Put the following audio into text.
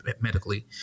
medically